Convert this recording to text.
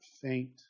faint